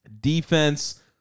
Defense